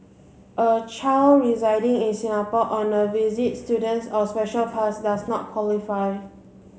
a child residing in Singapore on a visit student's or special pass does not qualify